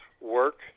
work